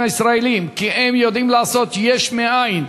הישראלים כי הם יודעים לעשות יש מאין,